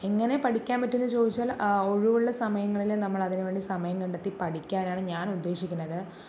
എങ്ങനെ പഠിക്കാൻ പറ്റുമെന്ന് ചോദിച്ചാൽ ഒഴിവുള്ള സമയങ്ങളിൽ നമ്മളതിന് വേണ്ടി സമയം കണ്ടെത്തി പഠിക്കാനാണ് ഞാൻ ഉദ്ദേശിക്കുന്നത്